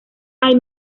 hay